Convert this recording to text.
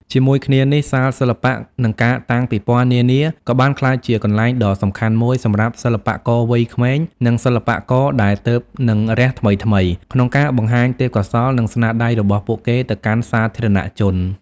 ជាមួយគ្នានេះ សាលសិល្បៈ និងការតាំងពិពណ៌នានា ក៏បានក្លាយជាកន្លែងដ៏សំខាន់មួយសម្រាប់សិល្បករវ័យក្មេង និងសិល្បករដែលទើបនឹងរះថ្មីៗ ក្នុងការបង្ហាញទេពកោសល្យ និងស្នាដៃរបស់ពួកគេទៅកាន់សាធារណជន។